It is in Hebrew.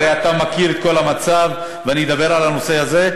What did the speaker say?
הרי אתה מכיר את כל המצב, ואני אדבר על הנושא הזה.